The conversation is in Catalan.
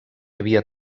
havia